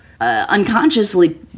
unconsciously